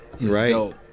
Right